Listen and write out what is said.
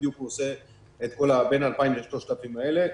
עושה בין 2,000 ל-3,000 בדיקות האלה.